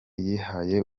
yihaye